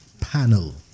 panel